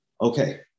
okay